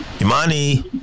Imani